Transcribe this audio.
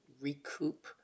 recoup